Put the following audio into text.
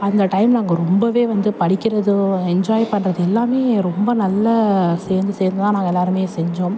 அந்த டைம்மில் நாங்கள் ரொம்பவே வந்து படிக்கிறதோ என்ஜாய் பண்ணுறது எல்லாமே ரொம்ப நல்ல சேர்ந்து சேர்ந்து தான் நாங்கள் எல்லாருமே செஞ்சோம்